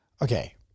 Okay